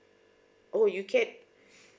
oh you get